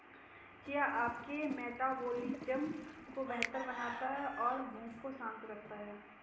chia आपके metabolism को बेहतर बनाता है और भूख को शांत करता है